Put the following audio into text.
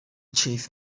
chief